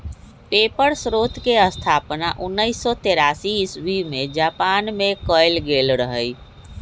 paper स्रोतके स्थापना उनइस सौ तेरासी इस्बी में जापान मे कएल गेल रहइ